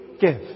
give